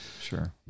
Sure